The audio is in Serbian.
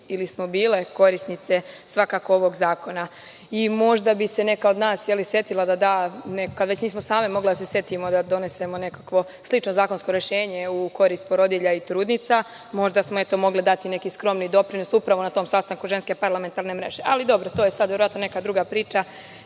ili smo bile korisnice svakako ovog zakona. Možda bi se neka od nas i setila da da neka, kad već same nismo mogle da se setimo da donesemo nekakvo slično zakonsko rešenje u korist porodilja i trudnica možda smo eto mogle dati neki skromni doprinos upravo na tom sastanku Ženske parlamentarne mreže. Ali, dobro, to je sada neka druga priča,